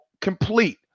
complete